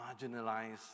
marginalized